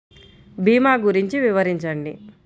భీమా గురించి వివరించండి?